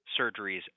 surgeries